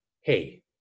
hey